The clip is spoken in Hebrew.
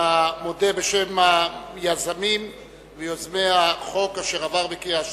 המודה בשם יוזמי החוק אשר עבר בקריאה שלישית.